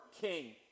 king